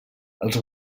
els